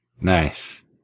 Nice